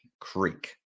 Creek